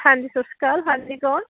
ਹਾਂਜੀ ਸਤਿ ਸ਼੍ਰੀ ਅਕਾਲ ਹਾਂਜੀ ਕੌਣ